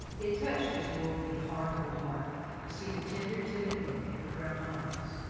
it touched his worldly, hard old heart to see the tender, timid look in her brown eyes.